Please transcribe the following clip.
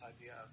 idea